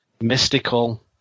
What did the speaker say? mystical